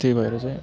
त्यही भएर चाहिँ